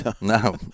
No